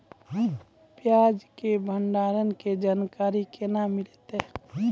प्याज के भंडारण के जानकारी केना मिलतै?